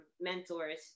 mentors